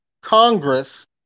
Congress